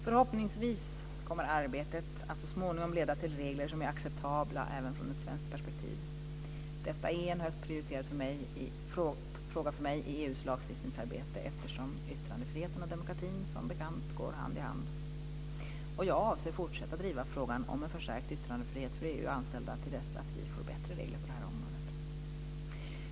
Förhoppningsvis kommer arbetet att småningom leda till regler som är acceptabla även från ett svenskt perspektiv. Detta är en högt prioriterad fråga för mig i EU:s lagstiftningsarbete, eftersom yttrandefriheten och demokratin som bekant går hand i hand. Jag avser att fortsätta driva frågan om en förstärkt yttrandefrihet för EU-anställda till dess att vi får bättre regler på det här området.